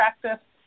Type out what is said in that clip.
practice